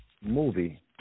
movie